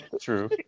true